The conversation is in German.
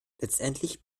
letztendlich